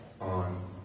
on